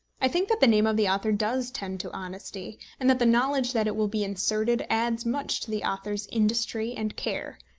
i think that the name of the author does tend to honesty, and that the knowledge that it will be inserted adds much to the author's industry and care.